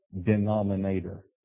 denominator